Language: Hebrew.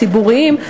הציבוריים,